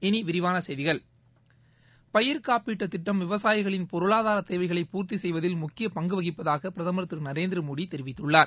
இனி விரிவான செய்திகள் பயிர் காப்பீட்டு திட்டம் விவசாயிகளின் பொருளாதாரத் தேவைகளை பூர்த்தி செய்வதில் முக்கிய பங்கு வகிப்பதாக பிரதமர் திரு நரேந்திர மோடி தெரிவித்துள்ளார்